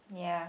ya